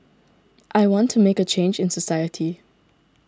I want to make a change in society